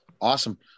awesome